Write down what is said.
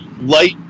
light